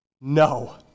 No